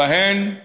ובהן,